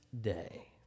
day